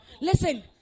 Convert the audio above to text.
listen